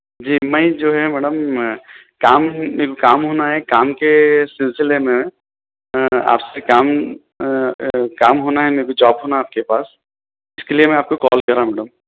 جی میں جو ہے میڈیم کام میرے کو کام ہونا ہے کام کے سلسلے میں آپ سے کام کام ہونا ہے میرے کو جاب ہونا ہے آپ کے پاس اس کے لئے آپ کو کال کر رہا ہوں میڈم